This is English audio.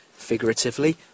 figuratively